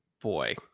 boy